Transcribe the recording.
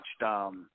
watched –